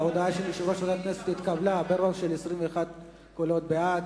ההודעה של יושב-ראש ועדת הכנסת התקבלה ברוב של 21 קולות בעד,